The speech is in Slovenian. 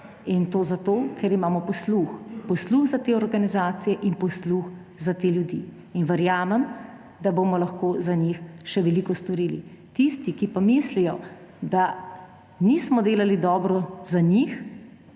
In to zato, ker imamo posluh, posluh za te organizacije in posluh za te ljudi. Verjamem, da bomo lahko za njih še veliko storili. Tisti, ki mislijo, da nismo delali dobro za njih,